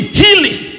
healing